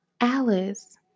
Alice